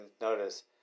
notice